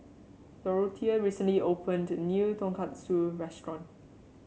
Dorothea recently opened a new Tonkatsu restaurant